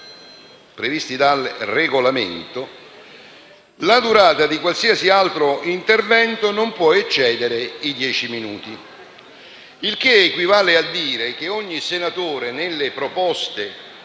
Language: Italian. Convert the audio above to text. previsti dal Regolamento, la durata di qualsiasi altro intervento non può eccedere i dieci minuti». Il che equivale a dire che ogni senatore, nelle proposte